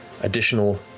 additional